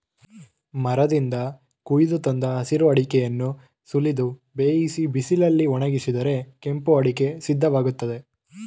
ಮರದಿಂದ ಕೊಯ್ದು ತಂದ ಹಸಿರು ಅಡಿಕೆಯನ್ನು ಸುಲಿದು ಬೇಯಿಸಿ ಬಿಸಿಲಲ್ಲಿ ಒಣಗಿಸಿದರೆ ಕೆಂಪು ಅಡಿಕೆ ಸಿದ್ಧವಾಗ್ತದೆ